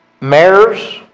mayors